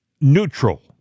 neutral